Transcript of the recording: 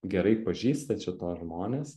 gerai pažįstat šituos žmones